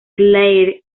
claire